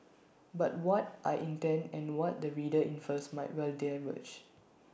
but what I intend and what the reader infers might well diverge